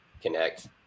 connect